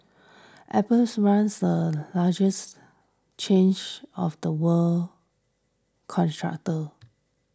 apples runs the largest change of the world contractors